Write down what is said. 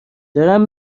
دارم